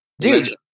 Dude